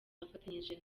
afatanyije